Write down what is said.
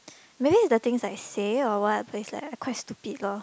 maybe it's the things I say or what but it's like I quite stupid loh